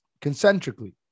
concentrically